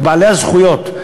את בעלי הזכויות.